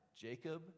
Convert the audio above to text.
Jacob